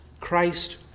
Christ